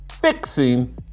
fixing